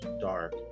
dark